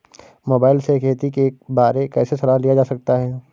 Mobile से खेती के बारे कैसे सलाह लिया जा सकता है?